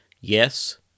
Yes